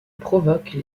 provoque